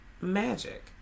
Magic